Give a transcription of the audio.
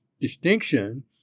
distinction